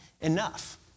enough